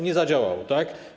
Nie zadziałało, tak?